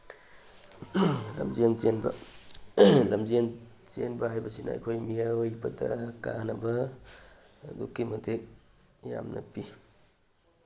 ꯂꯝꯖꯦꯟ ꯆꯦꯟꯕ ꯂꯝꯖꯦꯟ ꯆꯦꯟꯕ ꯍꯥꯏꯕꯁꯤꯅ ꯑꯩꯈꯣꯏ ꯃꯤꯑꯣꯏꯕꯗ ꯀꯥꯟꯅꯕ ꯑꯗꯨꯛꯀꯤ ꯃꯇꯤꯛ ꯌꯥꯝꯅ ꯄꯤ